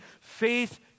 faith